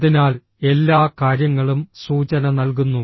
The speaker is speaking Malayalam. അതിനാൽ എല്ലാ കാര്യങ്ങളും സൂചന നൽകുന്നു